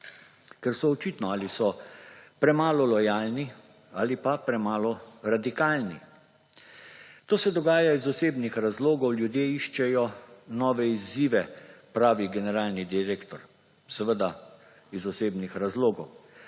ker očitno, ali so premalo lojalni ali pa premalo radikalni. To se dogaja iz osebnih razlogov, ljudje iščejo nove izzive, pravi generalni direktor. Seveda, iz osebnih razlogov.